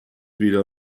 wieder